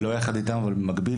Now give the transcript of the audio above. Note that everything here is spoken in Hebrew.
לא יחד איתם אבל במקביל.